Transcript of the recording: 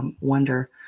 wonder